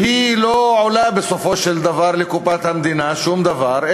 והיא לא עולה בסופו של דבר לקופת המדינה שום דבר,